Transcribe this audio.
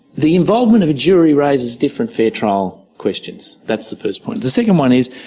the involvement of a jury raises different fair trial questions. that's the first point. the second one is,